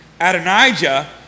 Adonijah